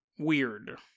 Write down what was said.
weird